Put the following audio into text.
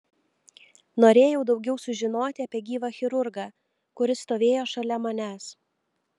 norėjau daugiau sužinoti apie gyvą chirurgą kuris stovėjo šalia manęs